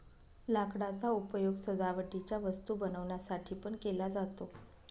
लाकडाचा उपयोग सजावटीच्या वस्तू बनवण्यासाठी पण केला जातो